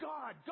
God